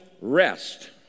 rest